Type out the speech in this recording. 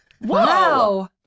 Wow